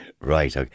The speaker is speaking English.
Right